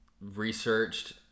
researched